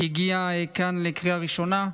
וזה הגיע לכאן לקריאה ראשונה.